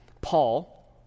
Paul